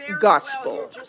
gospel